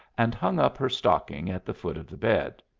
and hung up her stocking at the foot of the bed.